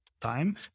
time